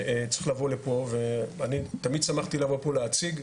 וצריך לבוא לפה, ואני תמיד שמחתי לבוא פה להציג,